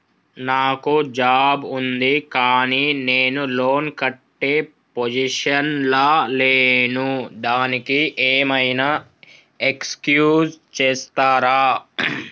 నాకు జాబ్ ఉంది కానీ నేను లోన్ కట్టే పొజిషన్ లా లేను దానికి ఏం ఐనా ఎక్స్క్యూజ్ చేస్తరా?